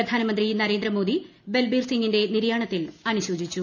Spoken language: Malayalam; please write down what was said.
പ്രധാനമന്ത്രി നരേന്ദ്രമോദി ബൽബീർ സിങ്ങിന്റെ നിര്യാണത്തിൽ അനുശോചിച്ചു